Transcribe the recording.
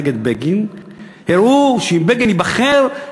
נגד בגין הראו שאם בגין ייבחר,